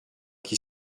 qui